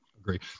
Agree